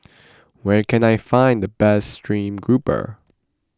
where can I find the best Stream Grouper